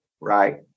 Right